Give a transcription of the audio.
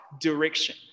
direction